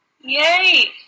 Yay